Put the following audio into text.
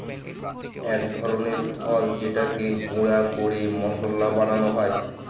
এক ধরনের ফল যেটাকে গুঁড়া করে মশলা বানানো হয়